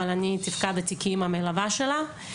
אבל אני תפקדתי כאימא מלווה שלה.